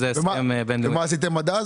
ומה אתם עושים עד אז?